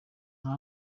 nta